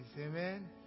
amen